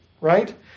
right